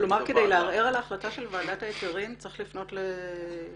כלומר כדי לערער על ההחלטה של ועדת ההיתרים צריך לפנות לבג"צ.